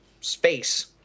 space